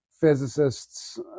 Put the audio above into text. physicists